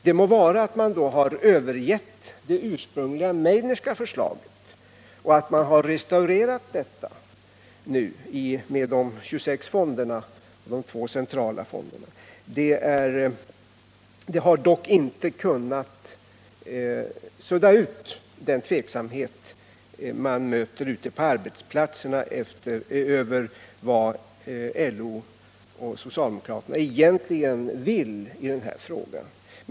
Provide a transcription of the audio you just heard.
Det må vara att man har övergett det ursprungliga Meidnerska förslaget och att man har restaurerat det förslaget med 26 fonder, däribland två centrala fonder. Det har ändå inte kunnat sudda ut den tveksamhet man möter ute på arbetsplatserna om vad LO och SAP egentligen vill i den här frågan.